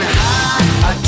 high